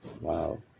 wow